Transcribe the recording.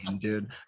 dude